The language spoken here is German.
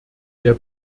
der